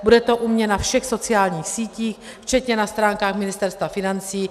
Bude to u mě na všech sociálních sítích, včetně na stránkách Ministerstva financí.